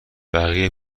بقیه